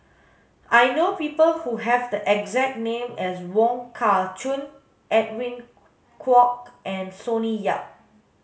I know people who have the exact name as Wong Kah Chun Edwin Koek and Sonny Yap